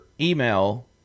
email